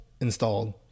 installed